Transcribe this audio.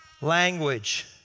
language